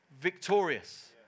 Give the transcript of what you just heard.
victorious